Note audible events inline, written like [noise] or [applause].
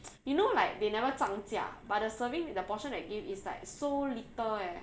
[noise] you know like they never 涨价 but the serving the portion they give is like so little eh